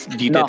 no